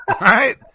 right